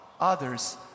others